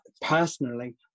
personally